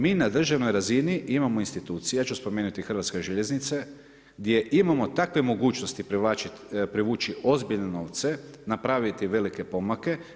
Mi na državnoj razini imamo institucije, ja ću spomenuti Hrvatske željeznice gdje imamo takve mogućnosti privući ozbiljno novce, napraviti velike pomake.